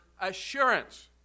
assurance